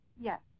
Yes